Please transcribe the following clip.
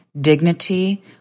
dignity